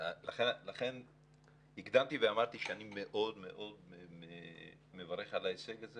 לכן הקדמתי ואמרתי שאני מאוד מברך על ההישג הזה